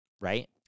right